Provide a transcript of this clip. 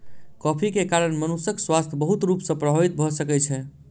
coffee के कारण मनुषक स्वास्थ्य बहुत रूप सॅ प्रभावित भ सकै छै